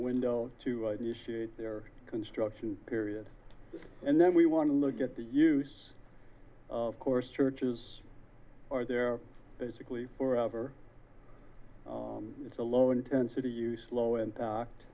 window to initiate their construction period and then we want to look at the use of course churches are there basically forever it's a low intensity use low